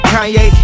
Kanye